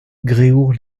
gréoux